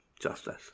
justice